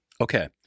Okay